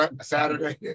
Saturday